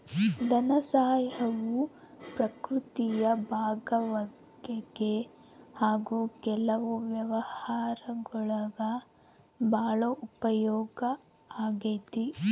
ಧನಸಹಾಯವು ಪ್ರಕ್ರಿಯೆಯ ಭಾಗವಾಗೈತಿ ಹಾಗು ಕೆಲವು ವ್ಯವಹಾರಗುಳ್ಗೆ ಭಾಳ ಉಪಯೋಗ ಆಗೈತೆ